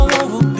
over